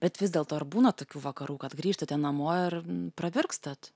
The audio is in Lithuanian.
bet vis dėlto ar būna tokių vakarų kad grįžtate namo ir pravirkstat